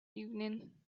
evening